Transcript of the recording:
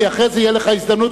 אחרי זה תהיה לך הזדמנות,